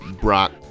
Brock